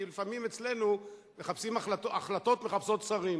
כי לפעמים אצלנו החלטות מחפשות שרים.